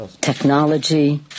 technology